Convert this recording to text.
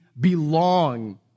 belong